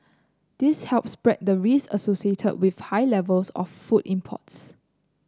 this helps spread the risks associated with high levels of food imports